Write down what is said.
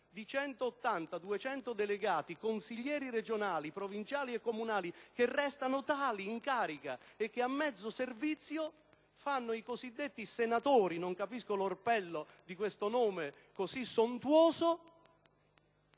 di 180‑200 delegati, consiglieri regionali, provinciali e comunali, che restano tali in carica e che a, mezzo servizio, fanno i cosiddetti senatori. Non capisco l'orpello di questo nome così sontuoso